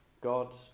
God